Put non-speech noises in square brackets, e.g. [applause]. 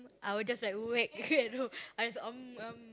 I will just like wake you at home I [noise]